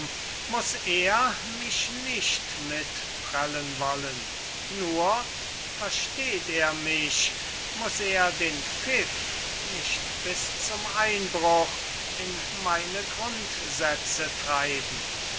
muß er mich nicht mit prellen wollen nur versteht er mich muß er den pfiff nicht bis zum einbruch in meine grundsätze treiben